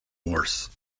worse